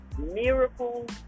miracles